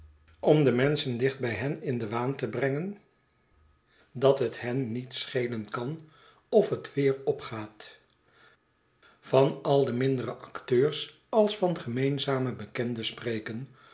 om de menschen dicht bij hen in den waan te brengen dat het hen niet schelen kan of het weer opgaat van al de mindere acteurs als van gemeenzame bekendeh spreken